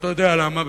אתה ודאי יודע למה,